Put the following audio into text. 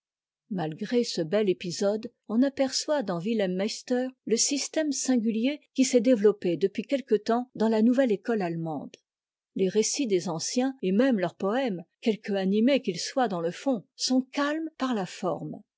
malgré ce bel épisode on aperçoit dans kaem meister le système singulier qui s'est développé depuis quelque temps dans la nouvelle école allemande les récits des anciens et même leurs poëmes quelque animés qu'ils soient dans le fond sont calmes par la forme